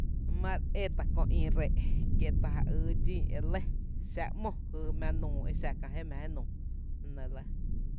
Ma re étá’ köö mï rree’ kié’ ta ja ýý dxín xⱥⱥ’ ‘mó, jy mⱥⱥ nuu e xa kää jé mⱥ jé nuu la nɇ re lɇ.